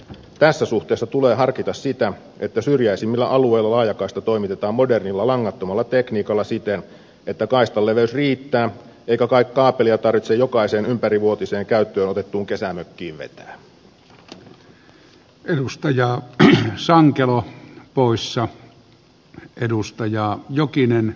tässä suhteessa tulee harkita sitä että syrjäisimmillä alueilla laajakaista toimitetaan modernilla langattomalla tekniikalla siten että kaistan leveys riittää eikä kai kaapelia tarvitse jokaiseen ympärivuotiseen käyttöön otettuun kesämökkiin vetää